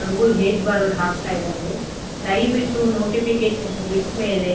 ನಮಗೂ ಹೇಜ್ ಬಾರ್ಗಳು ಆಗ್ತಾ ಇದ್ದಾವೆ ದಯವಿಟ್ಟು ನೋಟಿಫಿಕೇಶನ್ಗಳು ಬಿಟ್ಟಮೇಲೆ